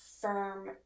firm